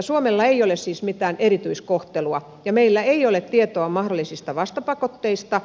suomella ei ole siis mitään erityiskohtelua ja meillä ei ole tietoa mahdollisista vastapakotteista